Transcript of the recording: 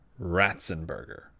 Ratzenberger